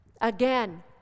Again